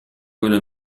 quello